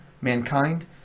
mankind